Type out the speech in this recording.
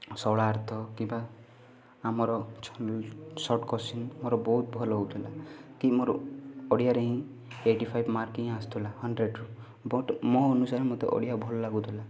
ସରଳାର୍ଥ କିମ୍ବା ଆମର short question ମୋର ବହୁତ ଭଲ ହେଉଥିଲା କି ମୋର ଓଡ଼ିଆରେ ହିଁ ଏଇଟି ଫାଇବ୍ ମାର୍କ୍ ହିଁ ଆସୁଥିଲା ହଣ୍ଡ୍ରେଡ଼ରୁ ବଟ୍ ମୋ ଅନୁସାରେ ମୋତେ ଓଡ଼ିଆ ଭଲ ଲାଗୁଥିଲା